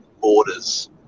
borders